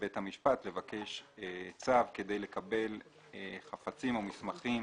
לבית המשפט ולבקש צו כדי לקבל חפצים או מסמכים